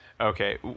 Okay